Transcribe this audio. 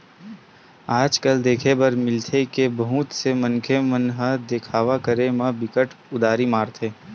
आज कल देखे बर मिलथे के बहुत से मनखे ह देखावा करे म बिकट उदारी मारथे